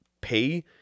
pay